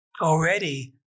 Already